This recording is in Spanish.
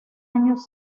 años